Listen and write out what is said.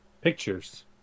pictures